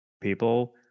people